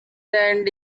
hand